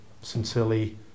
sincerely